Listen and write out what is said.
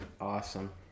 Awesome